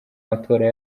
matora